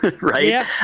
right